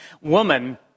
woman